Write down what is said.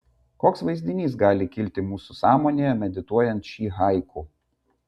koks vaizdinys gali kilti mūsų sąmonėje medituojant šį haiku